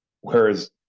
Whereas